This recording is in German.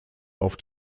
auf